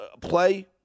play